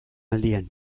aldian